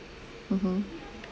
mmhmm